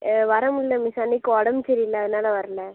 வர முடியல மிஸ் அன்றைக்கி உடம்பு சரியில்லை அதனால் வரல